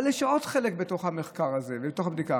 אבל יש עוד חלק בתוך המחקר הזה ובתוך הבדיקה.